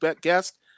guest